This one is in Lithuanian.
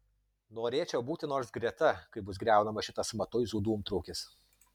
norėčiau būti nors greta kai bus griaunamas šitas matuizų dūmtraukis